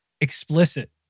Explicit